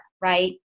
right